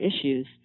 issues